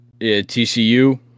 TCU